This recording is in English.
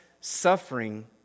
suffering